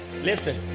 Listen